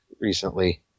recently